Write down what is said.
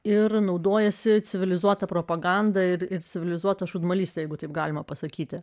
ir naudojasi civilizuota propaganda ir ir civilizuota šūdmalys jeigu taip galima pasakyti